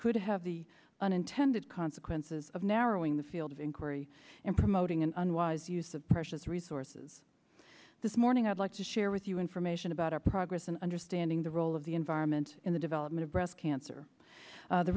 could have the unintended consequences of narrowing the field of inquiry and promoting an unwise use of precious resources this morning i'd like to share with you information about our progress in understanding the role of the environment in the development of breast cancer